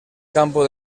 campo